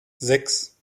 sechs